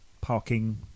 parking